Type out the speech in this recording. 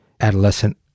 adolescent